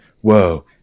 whoa